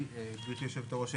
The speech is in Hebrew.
גברתי היושבת-ראש,